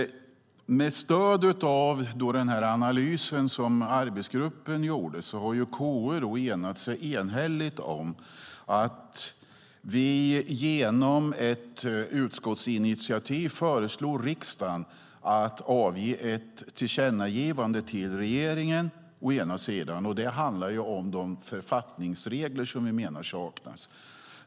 Med stöd av den analys som arbetsgruppen gjorde har KU enhälligt enats om vi genom ett utskottsinitiativ föreslår riksdagen att göra ett tillkännagivande till regeringen. Det är det första, och det handlar om de författningsregler som vi menar saknas.